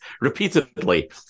repeatedly